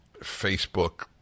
Facebook